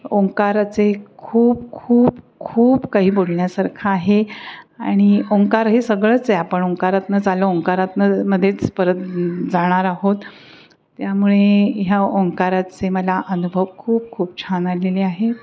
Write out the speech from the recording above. ओंकाराचे खूप खूप खूप काही बोलण्यासारखं आहे आणि ओंकार हे सगळंच आहे आपण ओंकारातूनच आलो ओंकारातून मध्येच परत जाणार आहोत त्यामुळे ह्या ओंकाराचे मला अनुभव खूप खूप छान आलेले आहेत